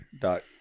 Dot